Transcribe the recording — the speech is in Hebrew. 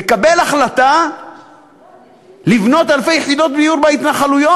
לקבל החלטה לבנות אלפי יחידות דיור בהתנחלויות.